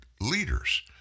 leaders